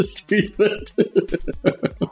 treatment